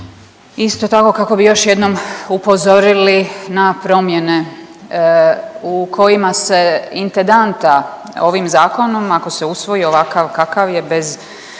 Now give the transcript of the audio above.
isto tako kako bi još jednom upozorili na promjene u kojima se intendanta ovim zakonom ako se usvoji ovakav kakav je bez